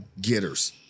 getters